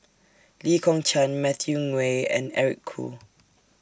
Lee Kong Chian Matthew Ngui and Eric Khoo